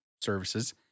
services